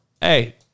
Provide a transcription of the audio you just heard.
hey